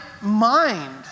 mind